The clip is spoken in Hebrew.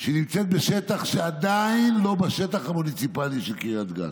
שנמצאת בשטח שעדיין הוא לא השטח המוניציפלי של קריית גת,